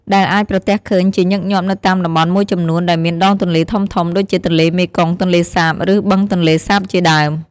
ដែលអាចប្រទះឃើញជាញឹកញាប់នៅតាមតំបន់មួយចំនួនដែលមានដងទន្លេធំៗ ដូចជាទន្លេមេគង្គ ទន្លេសាប ឬបឹងទន្លេសាបជាដើម។